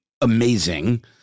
amazing